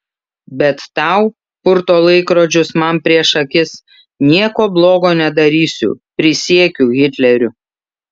bet tau purto laikrodžius man prieš akis nieko blogo nedarysiu prisiekiu hitleriu